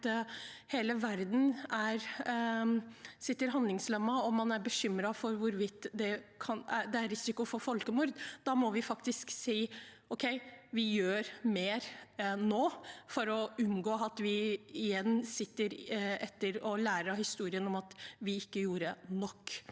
at hele verden sitter handlingslammet, og man er bekymret for hvorvidt det er risiko for folkemord. Da må vi faktisk si at vi gjør mer nå, for å unngå at vi igjen sitter etterpå og lærer av historien at vi ikke gjorde nok.